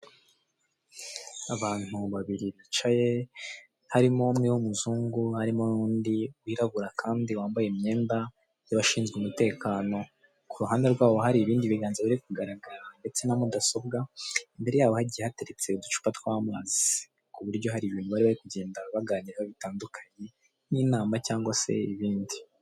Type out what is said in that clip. Abantu babiri bicaye harimo umwe w'umuzungu harimo n'undi wirabura kandi wambaye imyenda y'abashinzwe umutekano, ku ruhande rwabo hari ibindi biganza biri kugaragara ndetse na mudasobwa, imbere yabo hagiye hateriretse uducupa tw'amazi, ku buryo hari ibintu barimo kugenda baganira bitandukanye nk'inama cyangwa se ibindi.